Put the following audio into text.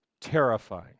terrifying